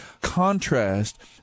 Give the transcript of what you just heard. contrast